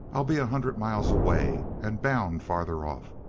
i'll be a hundred miles away, and bound farther off.